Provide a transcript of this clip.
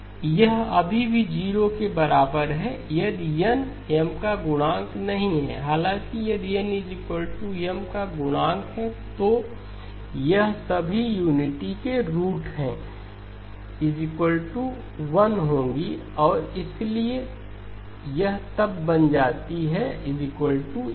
11212n1n10 यह अभी भी 0 के बराबर है यदि n M का गुणक नहीं है हालाँकि यदि n M का गुणक है तो यह सभी यूनिटी के रूट है 1 होंगी और इसलिए यह तब बन जाती है M